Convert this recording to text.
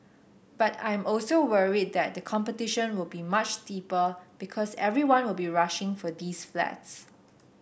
but I am also worried that competition will be much steeper because everyone will be rushing for these flats